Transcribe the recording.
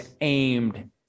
aimed